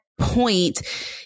point